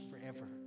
forever